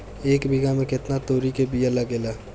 एक बिगहा में केतना तोरी के बिया लागेला?